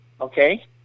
Okay